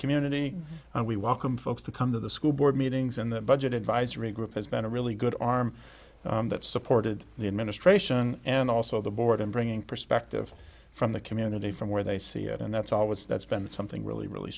community and we welcome folks to come to the school board meetings and the budget advisory group has been a really good arm that supported the administration and also the board in bringing perspective from the community from where they see it and that's always that's been something really really